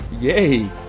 Yay